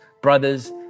brothers